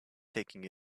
taking